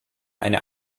eine